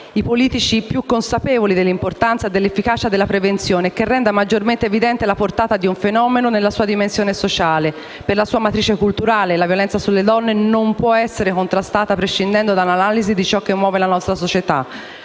i politici più consapevoli dell'importanza e dell'efficacia della prevenzione e che renda maggiormente evidente la portata di un fenomeno nella sua dimensione sociale. Per la sua matrice culturale, la violenza sulle donne non può essere contrastata prescindendo da un'analisi di ciò che muove la nostra società.